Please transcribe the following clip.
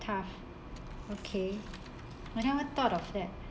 tough okay I never thought of that